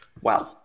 Wow